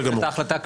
יקבל את ההחלטה,